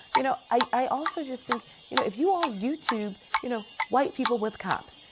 you know i also just think you know if you all youtube you know white people with cops,